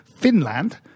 Finland